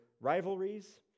rivalries